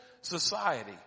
society